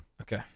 Okay